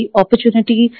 opportunity